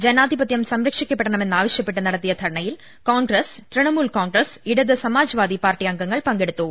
ജനാധിപത്യം സംര ക്ഷിക്കണമെന്നാവശൃപ്പെട്ട് നടത്തിയ ധർണ്ണയിൽ കോൺഗ്രസ് തൃണമൂൽ കോൺഗ്രസ് ഇടതു സമാജ്വാദി പാർട്ടി അംഗങ്ങൾ പങ്കെടുത്തു